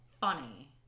funny